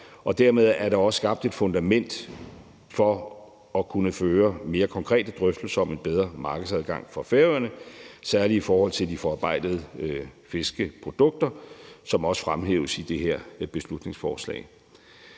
og dermed er der også skabt et fundament for at kunne føre mere konkrete drøftelser om en bedre markedsadgang for Færøerne, særlig i forhold til de forarbejdede fiskeprodukter, som også fremhæves i det her beslutningsforslag.